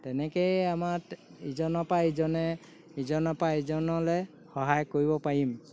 তেনেকৈয়ে আমাক ইজনৰ পৰা ইজনে ইজনৰ পৰা ইজনলৈ সহায় কৰিব পাৰিম